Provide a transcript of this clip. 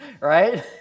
right